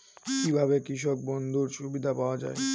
কি ভাবে কৃষক বন্ধুর সুবিধা পাওয়া য়ায়?